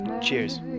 Cheers